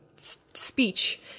speech